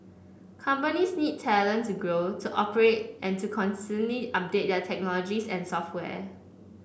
companies need talent to grow to operate and to constantly update their technologies and software